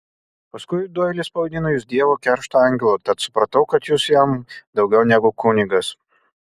paskui doilis pavadino jus dievo keršto angelu tad supratau kad jūs jam daugiau negu tik kunigas